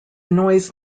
noise